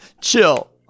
Chill